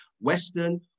Western